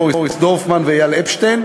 מוריס דורפמן ואייל אפשטיין,